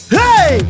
hey